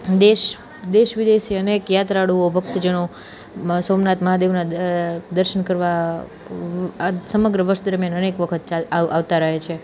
દેશ દેશ વિદેશથી અનેક યાત્રાળુઓ ભક્તજનો સોમનાથ મહાદેવના દર્શન કરવા આ સમગ્ર વર્ષ દરમિયાન અનેક વખત આવતા રહે છે